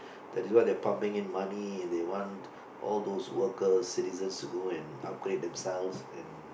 there's why they are pumping in money they want all those workers citizens to go and upgrade themselves